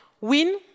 Win